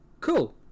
Cool